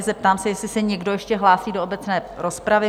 Zeptám se, jestli se někdo ještě hlásí do obecné rozpravy?